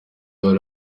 bari